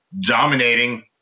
dominating